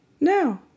No